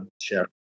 share